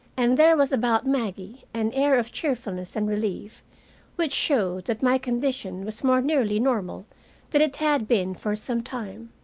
and there was about maggie an air of cheerfulness and relief which showed that my condition was more nearly normal than it had been for some time.